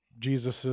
Jesus